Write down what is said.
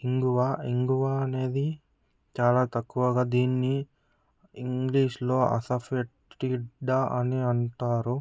ఇంగువ ఇంగువ అనేది చాలా తక్కువగా దీన్ని ఇంగ్లీషులో అసఫోటిడా అని అంటారు